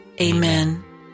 Amen